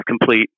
complete